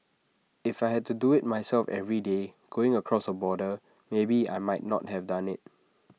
if I had to do IT myself every day going across the border maybe I might not have done IT